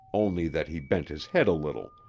only that he bent his head a little,